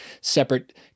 separate